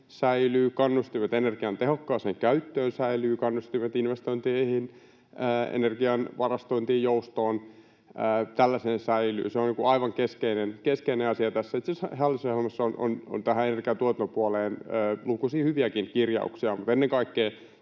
kannustimet energian tehokkaaseen käyttöön säilyvät, kannustimet investointeihin, energian varastointiin, joustoon, tällaisiin, säilyvät. Se on aivan keskeinen asia tässä. Itse asiassa hallitusohjelmassa on tähän energian tuotantopuoleen lukuisia hyviäkin kirjauksia. Ennen kaikkea